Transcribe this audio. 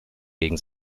gegen